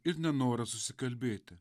ir nenorą susikalbėti